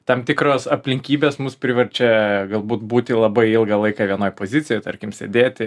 tam tikros aplinkybės mus priverčia galbūt būti labai ilgą laiką vienoj pozicijoj tarkim sėdėti